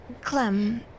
Clem